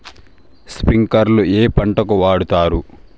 స్ప్రింక్లర్లు ఏ పంటలకు వాడుతారు?